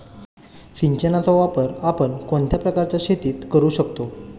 सिंचनाचा वापर आपण कोणत्या प्रकारच्या शेतीत करू शकतो?